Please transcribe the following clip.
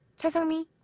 cha sang-mi,